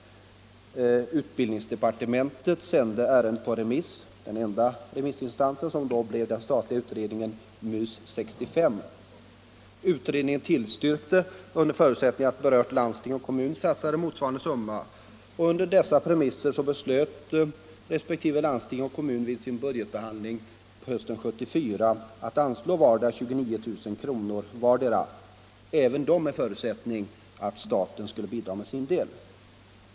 Utbildningsdepartementet sände ärendet på remiss. Enda remissinstans blev den statliga utredningen MUS 65. Utredningen tillstyrkte under förutsättning att berört landsting och berörd kommun satsade motsvarande summa, och under dessa premisser beslöt resp. landsting och kommun vid sin budgetbehandling hösten 1974 att anslå vardera 29 000 kr. — även detta under förutsättning att staten skulle bidra med sin del.